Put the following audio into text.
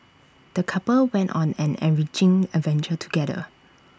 the couple went on an enriching adventure together